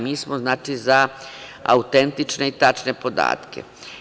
Mi smo, znači za autentične i tačne podatke.